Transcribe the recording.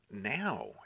now